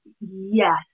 yes